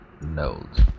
nodes